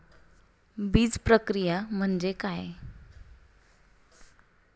बीजप्रक्रिया म्हणजे काय?